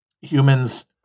humans